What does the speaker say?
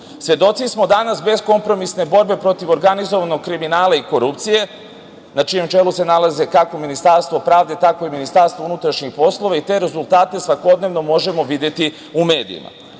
smo danas beskompromisne borbe protiv organizovanog kriminala i korupcije na čijem čelu se nalaze kako Ministarstvo pravde, tako i Ministarstvo unutrašnjih poslova i te rezultate svakodnevno možemo videti u medijima.